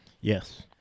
yes